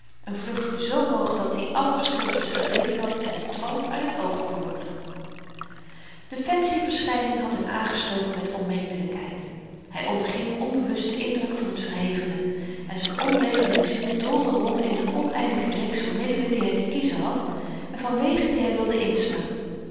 n vlucht z hoog dat-i alle verschil tusschen n bleekveld en n troon uit het oog verloor de fancy verschyning had hem aangestoken met onmetelykheid hy onderging onbewust den indruk van t verhevene en z'n onwetende ziel doolde rond in n oneindige reeks van middelen die hy te kiezen had en van wegen die hy wilde inslaan